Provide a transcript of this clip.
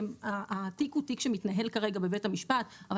התיק הוא תיק שמתנהל כרגע בבית המשפט אבל